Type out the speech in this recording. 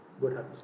Good